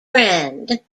brand